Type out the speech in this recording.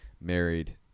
married